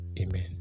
Amen